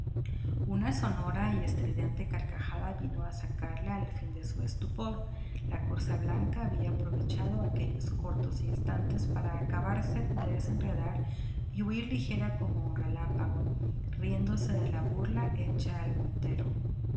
amante una sonora y estridente carcajada vino a sacarle al fin de su estupor la corza blanca había aprovechado aquellos cortos instantes para acabarse de desenredar y huir ligera como un relámpago riéndose de la burla hecha al montero